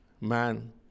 man